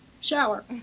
shower